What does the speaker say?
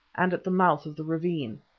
and at the mouth of the ravine.